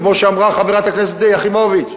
כמו שאמרה חברת הכנסת יחימוביץ,